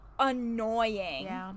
annoying